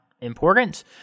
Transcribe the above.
important